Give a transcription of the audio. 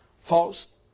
False